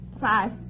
Five